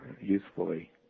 usefully